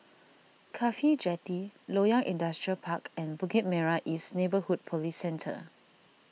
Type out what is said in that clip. Cafhi Jetty Loyang Industrial Park and Bukit Merah East Neighbourhood Police Centre